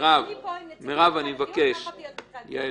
א.